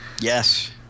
Yes